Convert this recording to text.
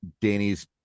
Danny's